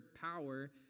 power